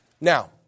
Now